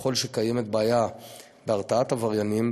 וככל שקיימת בעיה בהרתעת עבריינים,